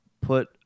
put